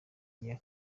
iya